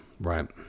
right